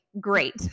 Great